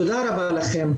תודה רבה לכם.